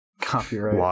copyright